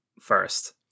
first